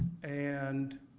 and